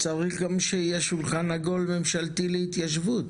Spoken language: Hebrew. צריך גם שיהיה שולחן עגול ממשלתי להתיישבות.